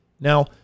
Now